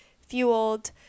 fueled